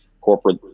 corporate